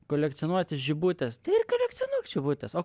kolekcionuoti žibutes tai ir kolekcionuok žibutes o